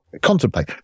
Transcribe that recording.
contemplate